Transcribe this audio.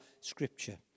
scripture